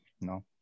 No